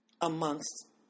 amongst